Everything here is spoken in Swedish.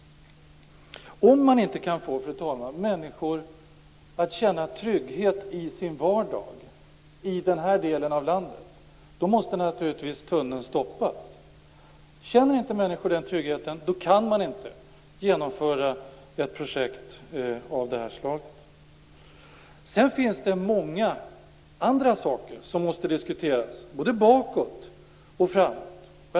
Om man, fru talman, inte kan få människor att känna trygghet i sin vardag i den här delen av landet, så måste naturligtvis tunneln stoppas. Känner inte människor denna trygghet, så kan man inte genomföra ett projekt av det här slaget. Sedan finns det många andra saker som också måste diskuteras - både bakåt och framåt i tiden.